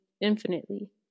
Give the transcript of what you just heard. infinitely